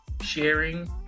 sharing